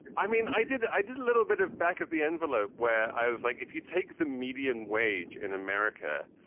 and i mean, i did i did a little bit of back of the envelope where i was like, if you take the median wage in america,